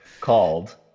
called